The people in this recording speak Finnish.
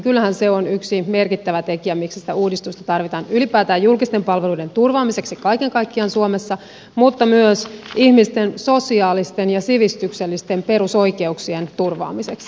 kyllähän se on yksi merkittävä tekijä miksi sitä uudistusta tarvitaan ylipäätään julkisten palveluiden turvaamiseksi kaiken kaikkiaan suomessa mutta myös ihmisten sosiaalisten ja sivistyksellisten perusoikeuksien turvaamiseksi